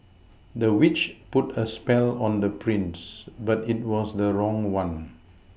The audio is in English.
the witch put a spell on the prince but it was the wrong one